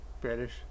British